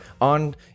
on